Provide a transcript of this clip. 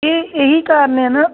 ਅਤੇ ਇਹੀ ਕਾਰਨ ਹੈ ਨਾ